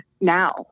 now